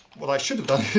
what i should have done is.